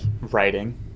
writing